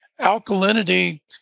alkalinity